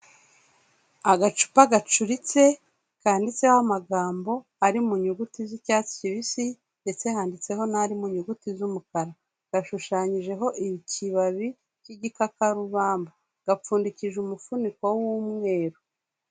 Agacupa gacuritse kanditseho amagambo ari mu nyuguti z'icyatsi kibisi, ndetse handitseho n'ari mu nyuguti z'umukara, gashushanyijeho ikibabi cy'igikakarubamba, gapfundikije umufuniko w'umweru.